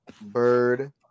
bird